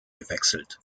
gewechselt